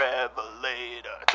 Revelator